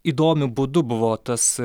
įdomiu būdu buvo tas